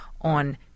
on